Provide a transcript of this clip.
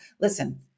listen